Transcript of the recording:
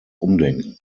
umdenken